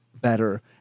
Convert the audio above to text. better